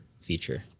feature